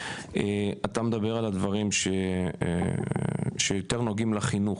אתה מדבר על הדברים שיותר נוגעים לחינוך.